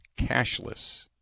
cashless